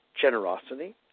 generosity